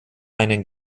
einen